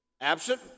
absent